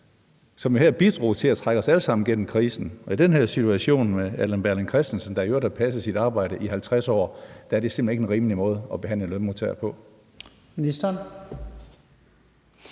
jo bidrog til at trække os alle sammen igennem krisen. Og i den her situation med Allan Berling Christensen, der i øvrigt har passet sit arbejde i 50 år, er det simpelt hen ikke en rimelig måde at behandle en lønmodtager på.